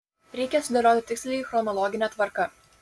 reikia sudėlioti tiksliai chronologine tvarka